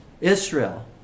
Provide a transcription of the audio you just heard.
Israel